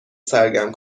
سرگرم